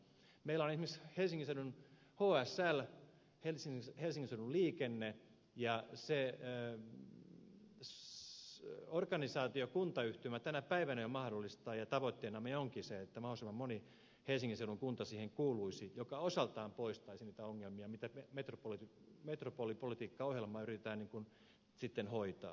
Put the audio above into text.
meillä on esimerkiksi hsl helsingin seudun liikenne ja sen organisaatio kuntayhtymä tänä päivänä jo mahdollistaa sen ja tavoitteenamme onkin se että mahdollisimman moni helsingin seudun kunta siihen kuuluisi mikä osaltaan poistaisi niitä ongelmia mitä metropolipolitiikkaohjelmalla yritetään sitten hoitaa